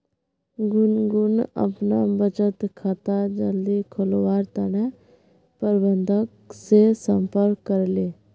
गुनगुन अपना बचत खाता जल्दी खोलवार तने प्रबंधक से संपर्क करले